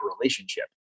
relationship